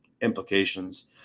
implications